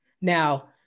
Now